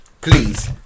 Please